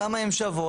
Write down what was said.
כמה הן שוות,